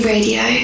Radio